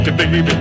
baby